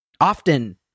often